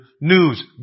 news